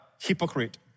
hypocrite